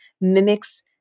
mimics